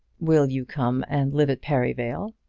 will you come and live at perivale?